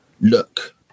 look